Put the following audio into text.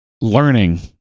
learning